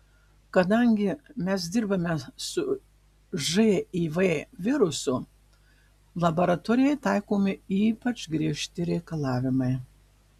kadangi mes dirbame su živ virusu laboratorijai taikomi ypač griežti reikalavimai